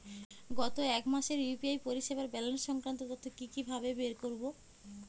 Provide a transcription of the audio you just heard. গত এক মাসের ইউ.পি.আই পরিষেবার ব্যালান্স সংক্রান্ত তথ্য কি কিভাবে বের করব?